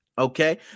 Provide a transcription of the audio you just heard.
Okay